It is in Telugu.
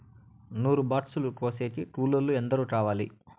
నూరు బాక్సులు కోసేకి కూలోల్లు ఎందరు కావాలి?